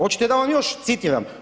Očete da vam još citiram.